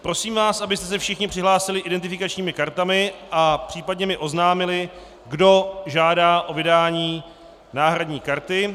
Prosím vás, abyste se všichni přihlásili identifikačními kartami a případně mi oznámili, kdo žádá o vydání náhradní karty.